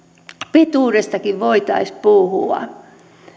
pituudestakin voitaisiin puhua